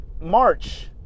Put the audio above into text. March